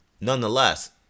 nonetheless